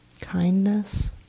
kindness